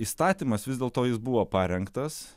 įstatymas vis dėlto jis buvo parengtas